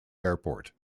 airport